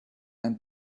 and